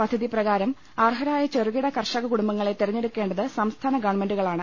പദ്ധതിപ്രകാരം അർഹരായ ചെറുകിട കർഷക കുടുംബങ്ങളെ തെരഞ്ഞെടുക്കേണ്ടത് സംസ്ഥാന ഗവൺമെന്റുകളാണ്